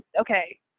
okay